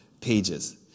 pages